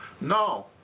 No